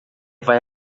vai